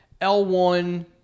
L1